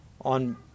on